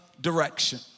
direction